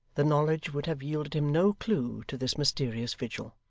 the knowledge would have yielded him no clue to this mysterious vigil.